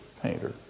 painter